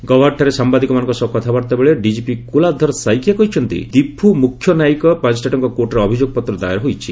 ଗୌହାଟିଠାରେ ସାମ୍ବାଦିକମାନଙ୍କ ସହ କଥାବାର୍ତ୍ତା ବେଳେ ଡିଜିପି କୁଲାଧର ସାଇକିଆ କହିଛନ୍ତି ଦିଫୁ ମୁଖ୍ୟ ନ୍ୟାୟିକ ମାଜିଷ୍ଟ୍ରେଟ୍ଙ୍କ କୋର୍ଟରେ ଅଭିଯୋଗପତ୍ର ଦାଏର ହୋଇଛି